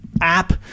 app